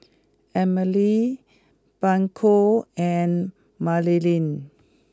Emelie Blanca and Marilyn